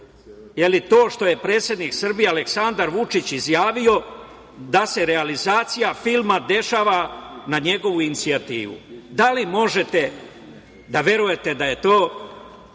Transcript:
to što je predsednik Srbije Aleksandar Vučić izjavio da se realizacija filma dešava na njegovu inicijativu. Da li možete da verujete da je to